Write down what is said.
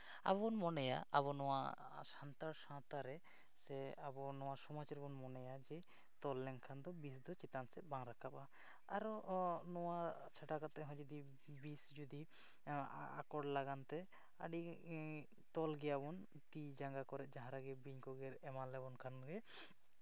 ᱟᱵᱚ ᱵᱚᱱ ᱢᱚᱱᱮᱭᱟ ᱟᱵᱚ ᱱᱚᱣᱟ ᱥᱟᱱᱛᱟᱲ ᱥᱟᱶᱛᱟ ᱨᱮ ᱥᱮ ᱟᱵᱚ ᱱᱚᱣᱟ ᱥᱚᱢᱟᱡᱽ ᱨᱮᱵᱚᱱ ᱢᱚᱱᱮᱭᱟ ᱡᱮ ᱛᱚᱞ ᱞᱮᱱᱠᱷᱟᱱ ᱫᱚ ᱵᱤᱥ ᱫᱚ ᱪᱮᱛᱟᱱ ᱥᱮᱫ ᱵᱟᱝ ᱨᱟᱠᱟᱵᱟ ᱟᱨᱚ ᱱᱚᱣᱟ ᱪᱷᱟᱰᱟ ᱠᱟᱛᱮᱫ ᱦᱚᱸ ᱡᱩᱫᱤ ᱵᱤᱥ ᱡᱩᱫᱤ ᱟᱠᱚᱴ ᱞᱟᱜᱟᱱ ᱛᱮ ᱟᱹᱰᱤ ᱛᱚᱞ ᱜᱮᱭᱟᱵᱚᱱ ᱛᱤ ᱡᱟᱸᱜᱟ ᱠᱚᱨᱮᱫ ᱡᱟᱦᱟᱸ ᱨᱮᱜᱮ ᱵᱤᱧ ᱠᱚ ᱜᱮᱨ ᱮᱢᱟᱱ ᱞᱮᱵᱚᱱ ᱠᱷᱟᱱ ᱜᱮ